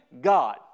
God